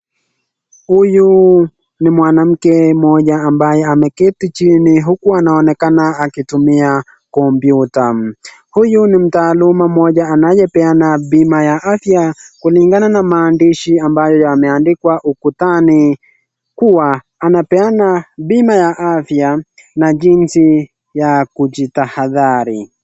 Huyu ni mwanamke mmoja ambaye ameketi chini huku anaonekana akitumia (cs) computer (cs),huyu ni mtaalum mmoja anayepeana bima ya afya kulingana na maandishi ambayo yameandikwa ukutani kuwa anapeana bima ya afya na jinsi ya kujitahathali.